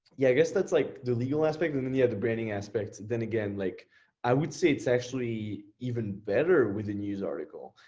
yeah, i guess that's like the legal aspect. and then you had the branding aspects. then again, like i would say, it's actually even better with a news article.